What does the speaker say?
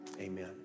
amen